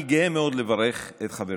אני גאה מאוד לברך את חברתי,